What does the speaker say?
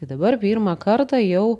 tai dabar pirmą kartą jau